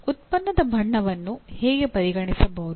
ಉತ್ಪನ್ನದ ಬಣ್ಣವನ್ನು ನೀವು ಪರಿಗಣಿಸಬಹುದು